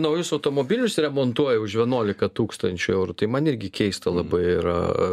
naujus automobilius remontuoja už vienuolika tūkstančių eurų tai man irgi keista labai yra